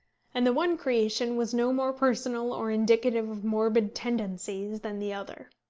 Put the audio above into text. and the one creation was no more personal or indicative of morbid tendencies than the other.